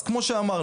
אז כמו שאמרנו,